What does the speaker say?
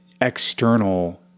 external